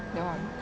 ya